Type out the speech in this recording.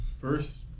first